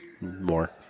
More